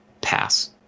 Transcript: pass